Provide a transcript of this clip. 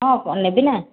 ହଁ ନେବି ନାଁ